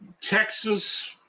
Texas